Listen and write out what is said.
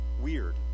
weird